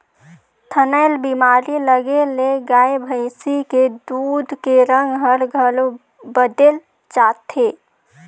थनैल बेमारी लगे ले गाय भइसी के दूद के रंग हर घलो बदेल जाथे